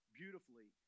beautifully